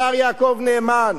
השר יעקב נאמן.